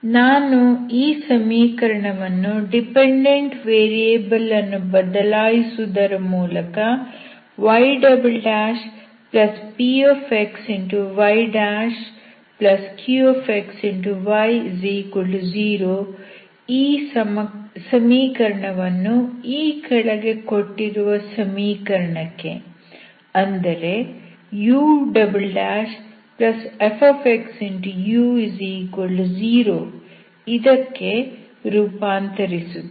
ನಾನು ಈ ಸಮೀಕರಣವನ್ನು ಡಿಪೆಂಡೆಂಟ್ ವೇರಿಯಬಲ್ ಅನ್ನು ಬದಲಾಯಿಸುವುದರ ಮೂಲಕ ypxyqxy0 ಈ ಸಮೀಕರಣವನ್ನು ಈ ಕೆಳಗೆ ಕೊಟ್ಟಿರುವ ಸಮೀಕರಣಕ್ಕೆ ಅಂದರೆ ufxu0 ಇದಕ್ಕೆ ರೂಪಾಂತರಿಸುತ್ತೇನೆ